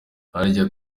harya